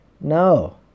no